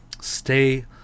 stay